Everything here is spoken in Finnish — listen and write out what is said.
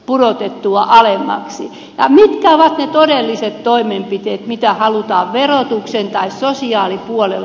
mitkä ovat ne todelliset toimenpiteet mitä halutaan verotukseen tai sosiaalipuolelle